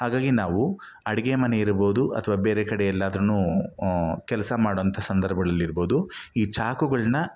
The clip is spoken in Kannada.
ಹಾಗಾಗಿ ನಾವು ಅಡುಗೆ ಮನೆ ಇರಬಹುದು ಅಥ್ವಾ ಬೇರೆ ಕಡೆ ಎಲ್ಲಾದರೂ ಕೆಲಸ ಮಾಡೋಂಥ ಸಂದರ್ಭಗಳಲ್ಲಿ ಇರ್ಬೋದು ಈ ಚಾಕುಗಳನ್ನ